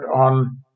on